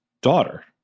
daughter